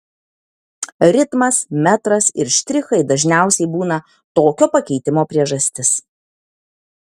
ritmas metras ir štrichai dažniausiai būna tokio pakeitimo priežastis